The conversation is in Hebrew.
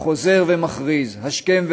חוזר ומכריז השכם והערב.